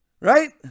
right